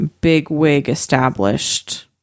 big-wig-established